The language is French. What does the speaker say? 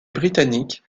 britannique